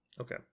Okay